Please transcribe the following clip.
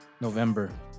November